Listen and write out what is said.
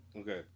Okay